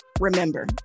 remember